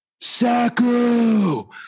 Saku